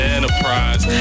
Enterprise